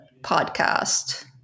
podcast